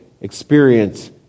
experience